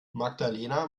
magdalena